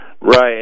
Right